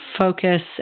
focus